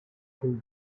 crew